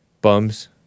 bums